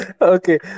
okay